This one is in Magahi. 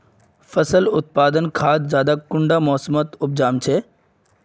फसल उत्पादन खाद ज्यादा कुंडा मोसमोत उपजाम छै?